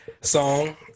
song